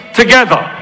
together